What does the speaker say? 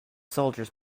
soldiers